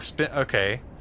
okay